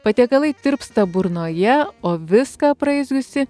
patiekalai tirpsta burnoje o viską apraizgiusi